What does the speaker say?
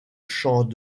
champs